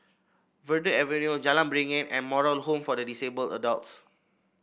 Verde Avenue Jalan Beringin and Moral Home for Disabled Adults